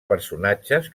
personatges